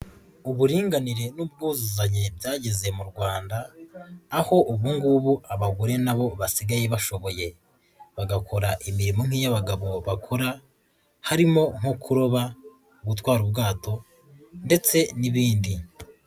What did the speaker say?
Uburinganire n'ubwuzuzanye byageze mu Rwanda, aho ubungubu abagore nabo basigaye bashoboye, bagakora imirimo nk'iy'abagabo bakora, harimo nko kuroba, gutwara ubwato ndetse n'ibindi.